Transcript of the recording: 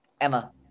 Emma